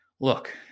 Look